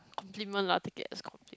compliment lah take it as [compliment]